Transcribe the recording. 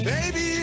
Baby